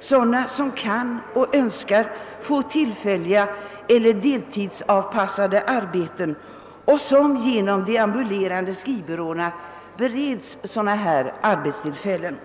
sådana som kan och önskar få tillfälliga eller deltidsanpassade arbeten och som genom de ambulerande skrivbyråerna bereds sådana arbetstillfällen.